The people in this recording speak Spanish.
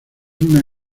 una